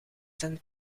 zijn